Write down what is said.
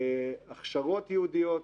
הכשרות ייעודיות,